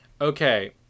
Okay